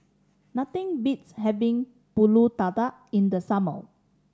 nothing beats having Pulut Tatal in the summer